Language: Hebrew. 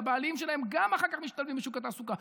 והבעלים שלהן גם משתלבים אחר כך בשוק התעסוקה.